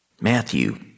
Matthew